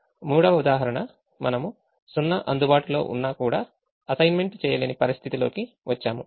మూడవ ఉదాహరణ మనము 0 అందుబాటులో ఉన్నా కూడా అసైన్మెంట్ చేయలేని పరిస్థితిలోకి వచ్చాము